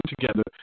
together